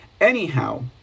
Anyhow